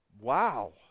wow